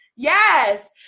Yes